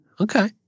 okay